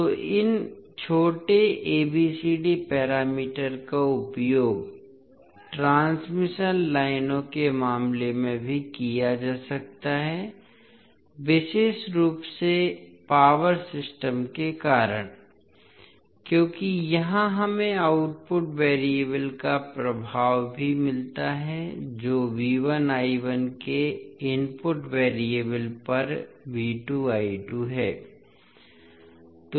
तो इन छोटे abcd पैरामीटर का उपयोग ट्रांसमिशन लाइनों के मामले में भी किया जा सकता है विशेष रूप से पावर सिस्टम के कारण क्योंकि यहाँ हमें आउटपुट वेरिएबल का प्रभाव भी मिलता है जो के इनपुट वेरिएबल पर है